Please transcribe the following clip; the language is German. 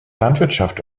landwirtschaft